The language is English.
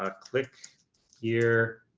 ah click here,